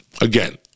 Again